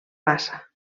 bassa